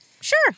Sure